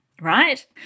right